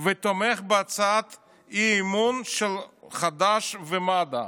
ותומך בהצעת האי-אמון של חד"ש ומד"ע.